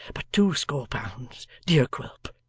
but two score pounds, dear quilp